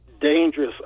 dangerous